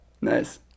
Nice